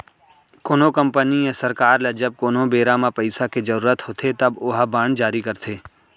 कोनो कंपनी या सरकार ल जब कोनो बेरा म पइसा के जरुरत होथे तब ओहा बांड जारी करथे